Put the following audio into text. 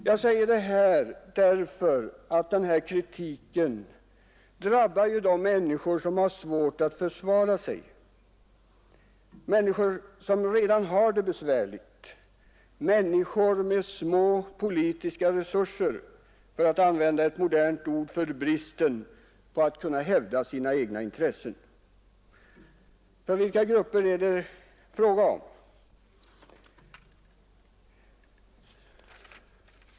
Jag säger det här därför att denna kritik drabbar människor som har svårt att försvara sig, människor som redan har det besvärligt, människor med små politiska resurser, för att använda ett modernt ord för bristen på förmåga att hävda sina egna intressen. Vilka grupper är det fråga om?